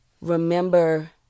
remember